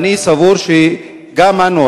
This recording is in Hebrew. אני סבור שגם אנו,